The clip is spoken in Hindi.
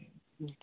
जी